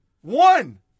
One